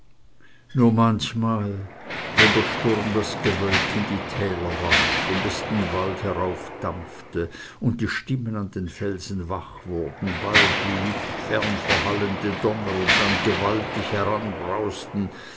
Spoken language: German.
nur manchmal wenn der sturm das gewölk in die täler warf und es den wald herauf dampfte und die stimmen an den felsen wach wurden bald wie fern verhallende donner und dann gewaltig